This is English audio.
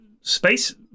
space